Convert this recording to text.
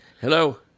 Hello